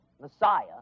Messiah